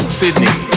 sydney